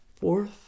fourth